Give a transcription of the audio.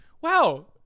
wow –